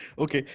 okay,